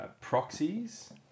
proxies